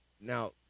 now